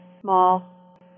small